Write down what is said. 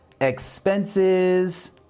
Expenses